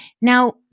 Now